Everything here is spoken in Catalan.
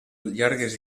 llargues